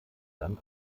dann